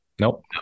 Nope